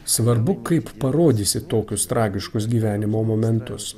svarbu kaip parodysi tokius tragiškus gyvenimo momentus